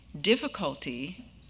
Difficulty